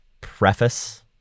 preface